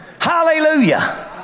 Hallelujah